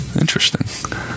Interesting